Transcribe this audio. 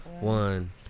one